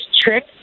trick